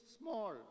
small